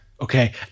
Okay